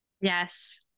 yes